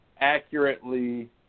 accurately